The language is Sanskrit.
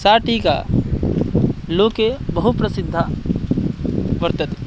सा टीका लोके बहुप्रसिद्धा वर्तते